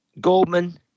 Goldman